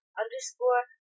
underscore